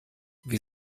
wie